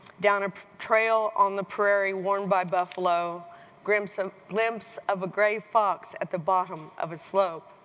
down a trail on the prairie worn by buffalo glimpse of glimpse of a gray fox at the bottom of a slope